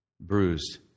bruised